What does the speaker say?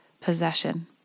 possession